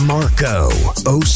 Marco